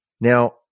Now